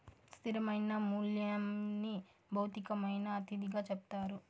స్థిరమైన మూల్యంని భౌతికమైన అతిథిగా చెప్తారు